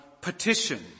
petition